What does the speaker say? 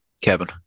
Kevin